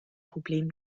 problem